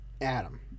Adam